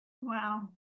Wow